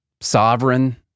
sovereign